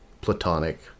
platonic